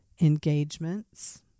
engagements